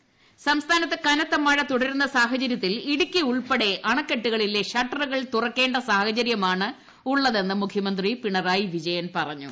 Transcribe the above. ഇടുക്കി മുഖ്യമന്ത്രി സംസ്ഥാനത്ത് കനത്ത ്മഴ തുടരുന്ന സാഹചര്യത്തിൽ ഇടുക്കി ഉൾപ്പെടെ അണക്കെട്ടുകളിലെ ഷട്ടറുകൾ ഉയർത്തേണ്ട സാഹചര്യമാണ് ഉള്ളതെന്ന് മുഖ്യമന്ത്രി പിണറായി വിജയൻ പറഞ്ഞു